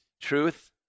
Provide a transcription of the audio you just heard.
Truth